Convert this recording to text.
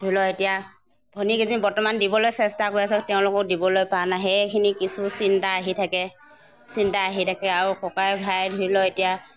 ধৰি লওক এতিয়া ভনীকেইজনী বৰ্তমান দিবলৈ চেষ্টা কৰি আছোঁ তেওঁলোককো দিবলৈ পৰা নাই সেইখিনি কিছু চিন্তা আহি থাকে চিন্তা আহি থাকে আৰু ককাই ভাই ধৰি লওক এতিয়া